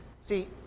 see